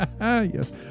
Yes